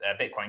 Bitcoin